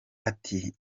ati